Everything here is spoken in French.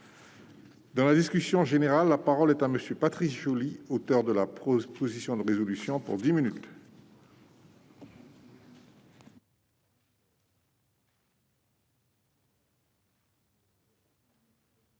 Dans la discussion générale, la parole est à M. Patrice Joly, auteur de la proposition de résolution. Monsieur